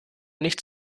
nicht